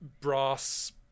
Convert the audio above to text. Brass